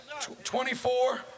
24